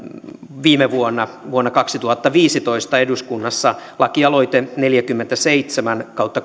viime vuonna vuonna kaksituhattaviisitoista eduskunnassa lakialoite neljäkymmentäseitsemän kautta